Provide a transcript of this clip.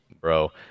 bro